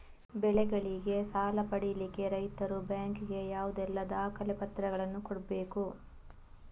ಬೆಳೆಗಳಿಗೆ ಸಾಲ ಪಡಿಲಿಕ್ಕೆ ರೈತರು ಬ್ಯಾಂಕ್ ಗೆ ಯಾವುದೆಲ್ಲ ದಾಖಲೆಪತ್ರಗಳನ್ನು ಕೊಡ್ಬೇಕು?